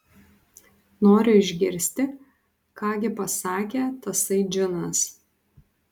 noriu išgirsti ką gi pasakė tasai džinas